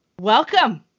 welcome